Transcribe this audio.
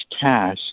cash